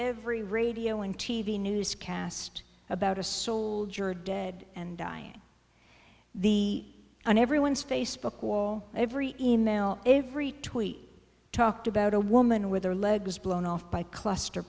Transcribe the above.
every radio and t v newscast about a soldier dead and dying in the un everyone's facebook wall every email every tweet talked about a woman with their legs blown off by cluster